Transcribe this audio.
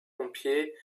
pompiers